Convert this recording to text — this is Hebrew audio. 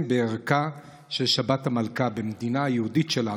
בערכה של שבת המלכה במדינה היהודית שלנו,